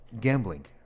gambling